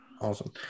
awesome